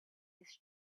his